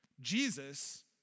Jesus